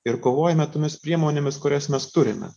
ir kovojame tomis priemonėmis kurias mes turime